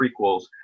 prequels